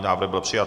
Návrh byl přijat.